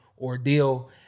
ordeal